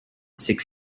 six